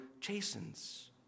chastens